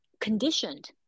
conditioned